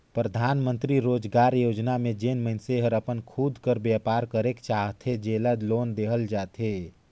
परधानमंतरी रोजगार योजना में जेन मइनसे हर अपन खुद कर बयपार करेक चाहथे जेला लोन देहल जाथे